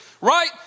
Right